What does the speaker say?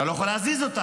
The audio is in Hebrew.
אתה לא יכול להזיז אותם.